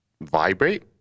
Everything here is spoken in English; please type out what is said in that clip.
vibrate